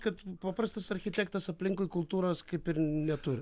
kad paprastas architektas aplinkui kultūros kaip ir neturi